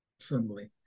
assembly